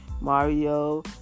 Mario